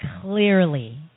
clearly